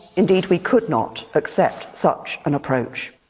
indeed we could not, accept such an approach.